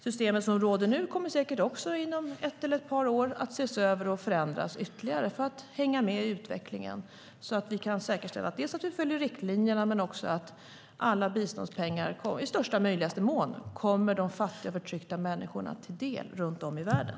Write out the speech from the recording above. Systemet som råder nu kommer säkert också inom ett eller ett par år att ses över och förändras ytterligare för att hänga med i utvecklingen och för att säkerställa att vi följer riktlinjerna men också för att alla biståndspengar i största möjliga mån kommer de fattiga och förtryckta människorna till del runt om i världen.